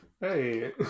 Hey